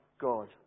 God